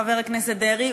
חבר הכנסת דרעי,